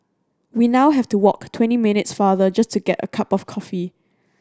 we now have to walk twenty minutes farther just to get a cup of coffee